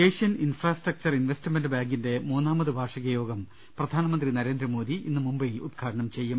Asian infrastructure investment ബാങ്കിന്റെ മൂന്നാമത് വാർഷികയോഗം പ്രധാനമന്ത്രി നരേന്ദ്ര്മോദി ഇന്ന് മുംബൈയിൽ ഉദ്ഘാടനം ചെയ്യും